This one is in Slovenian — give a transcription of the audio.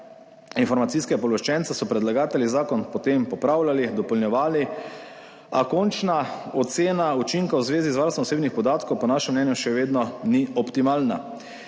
Informacijskega pooblaščenca so predlagatelji zakon potem popravljali, dopolnjevali, a končna ocena učinka v zvezi z varstvom osebnih podatkov po našem mnenju še vedno ni optimalna.